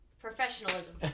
Professionalism